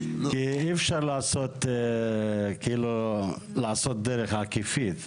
כי אי אפשר לעשות דרך עקיפית.